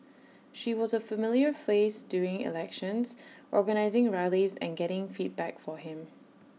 she was A familiar face during elections organising rallies and getting feedback for him